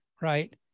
right